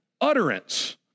Utterance